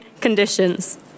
conditions